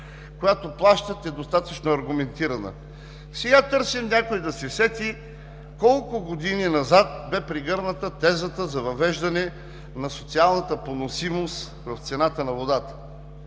която плащат, е достатъчно аргументирана? Сега търсим някой да се сети: колко години назад бе прегърната тезата за въвеждане на социалната поносимост с цената на водата?